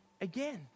again